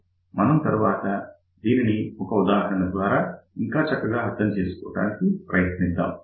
మనం తర్వాత దీనిని ఒక ఉదాహరణ ద్వారా ఇంకా చక్కగా అర్థం చేసుకోవడానికి ప్రయత్నిద్దాం